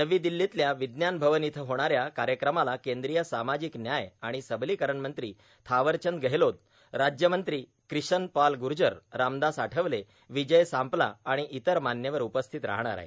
नवी र्दिल्लोतल्या विज्ञान भवन इथं होणाऱ्या कायक्रमाला कद्रीय सामाजिक न्याय र्आाण सबलोकरण मंत्री थावरचंद गेहलोत राज्यमंत्री क्रिशन पाल ग्जर रामदास आठवले र्वजय सांपला र्आण इतर मान्यवर उपस्थित राहणार आहेत